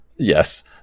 Yes